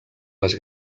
les